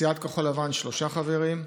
סיעת כחול לבן, שלושה חברים,